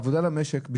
עבודה למשק,